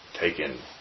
taken